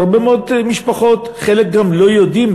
והרבה מאוד משפחות, חלק גם לא יודעים.